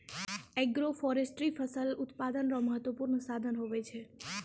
agroforestry फसल उत्पादन रो महत्वपूर्ण साधन हुवै छै